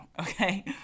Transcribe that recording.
okay